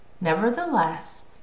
Nevertheless